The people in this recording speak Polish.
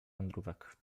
wędrówek